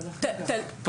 מה